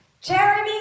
Jeremy